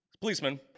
policeman